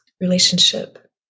relationship